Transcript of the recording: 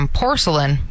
porcelain